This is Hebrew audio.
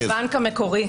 הבנק המקורי,